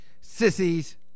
Sissies